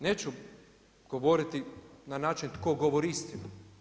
Neću govoriti na način tko govori istinu.